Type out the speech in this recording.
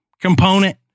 component